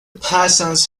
parsons